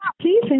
Please